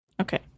Okay